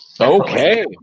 Okay